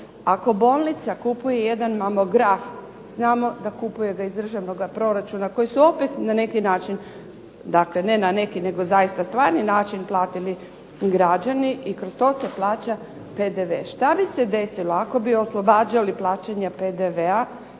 Ako bolnica kupuje jedan mamograf, znamo da ga kupuje iz državnog proračuna koji se opet na neki način, dakle ne na neki nego zaista na stvarni način platili građani i kroz to se plaća PDV. Što bi se desilo ako bi oslobađali plaćanja PDV-a?